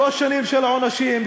שלוש שנים של עונשים,